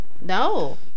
No